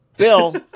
Bill